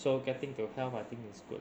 so getting to health I think it's good